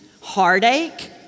heartache